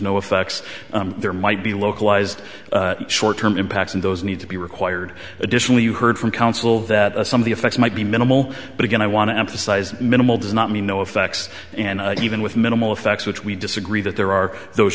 no effects there might be localized short term impacts and those need to be required additionally you heard from counsel that some of the effects might be minimal but again i want to emphasize minimal does not mean no effects and even with minimal effects which we disagree that there are those